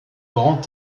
grands